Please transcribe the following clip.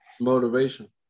Motivation